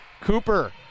Cooper